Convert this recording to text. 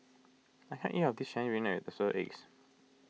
I can't eat all of this Chinese Spinach with Assorted Eggs